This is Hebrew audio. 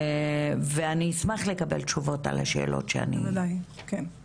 אני אשמח לקבל תשובות על השאלות שאני ביקשתי.